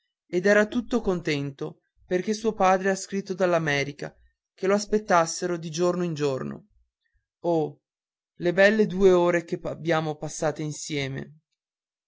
ed era tutto contento perché suo padre ha scritto dall'america che lo aspettassero di giorno in giorno oh le belle due ore che abbiamo passate insieme